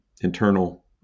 internal